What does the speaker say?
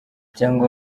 cyangwa